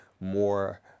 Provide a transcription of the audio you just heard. more